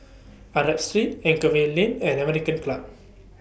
Street Anchorvale Lane and American Club